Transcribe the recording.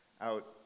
out